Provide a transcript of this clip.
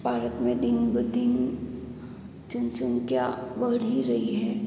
भारत में दिन ब दिन जनसंख्या बढ़ ही रही है